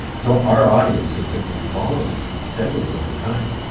so our audience has simply fallen steadily over time,